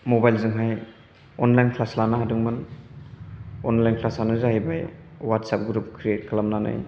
mobile जोंहाय online class लानो हादोंमोन अनलाइन क्लासानो जाहैबाय हवात्सेप ग्रुप क्रियेत खालामनानै